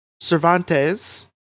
Cervantes